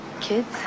Kids